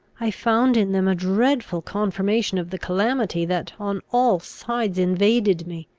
i found in them a dreadful confirmation of the calamity that on all sides invaded me.